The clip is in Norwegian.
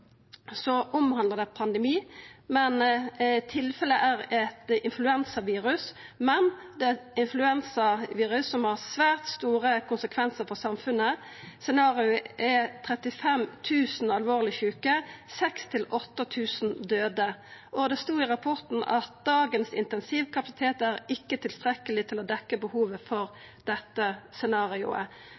pandemi. Det tilfellet er eit influensavirus, men det er eit influensavirus som har svært store konsekvensar for samfunnet. Scenarioet er 35 000 alvorleg sjuke, 6 000–8 000 døde. Det stod i rapporten at dagens intensivkapasitet ikkje er tilstrekkelig til å dekkje behovet for dette